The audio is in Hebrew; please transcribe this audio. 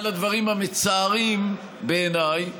אחד הדברים המצערים בעיניי